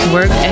work